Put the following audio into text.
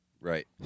Right